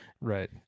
Right